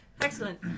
excellent